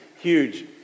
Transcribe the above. Huge